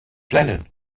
flennen